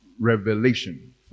Revelation